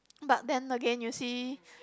but then again you see